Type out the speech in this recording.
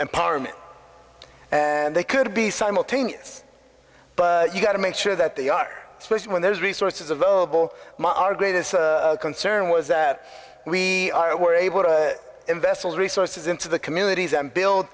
empowerment and they could be simultaneous you've got to make sure that they are especially when there is resources available our greatest concern was that we were able to invest the resources into the communities and build